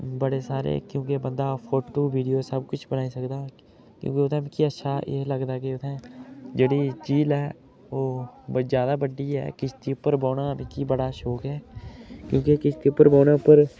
बड़े सारे क्योंकि बन्दा फोटु वीडियो सब किश बनाई सकदा क्योंकि उत्थै मिकी अच्छा एह् लगदा कि उत्थैं जेह्ड़ी झील ऐ ओह् ब ज़्यादा बड्डी ऐ किश्ती उप्पर बौह्णा मिगी बड़ा शौक ऐ क्योंकि किश्ती उप्पर बौह्णे उप्पर